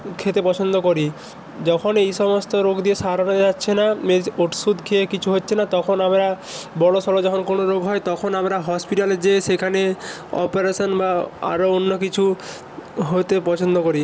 খেতে পছন্দ করি যখন এই সমস্ত রোগ দিয়ে সারানো যাচ্ছে না মেজ্ ওষুধ খেয়ে কিছু হচ্ছে না তখন আমরা বড়ো সড়ো যখন কোনো রোগ হয় তখন আমরা হসপিটালে যেয়ে সেখানে অপারেশান বা আরো অন্য কিছু হতে পছন্দ করি